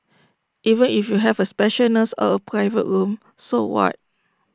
even if you have A special nurse or A private room so what